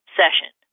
session